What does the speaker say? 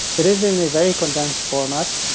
it is in a very condensed format.